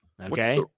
Okay